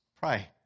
pray